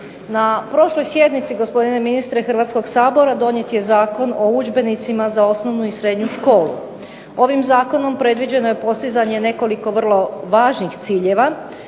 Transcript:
Na prošloj sjednici gospodine ministre, Hrvatskoga sabora donijeti je Zakon o udžbenicima za osnovnu i srednju školu. Ovim zakonom predviđeno je postizanje nekoliko važnih ciljeva,